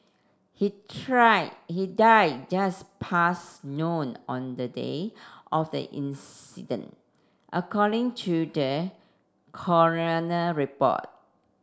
he try he died just past noon on the day of the incident according to the coroner report